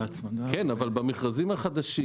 כן, אבל ממשיכים לגשת למכרזים החדשים.